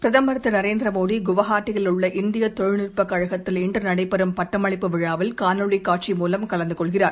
பிரதமர் திரு நரேந்திர மோடி குவாஹட்டியில் உள்ள இந்திய தொழில்நுட்ப கழகத்தில் நாளை நடைபெறும் பட்டமளிப்பு விழாவில் காணொளி காட்சி மூலம் கலந்து கொள்கிறார்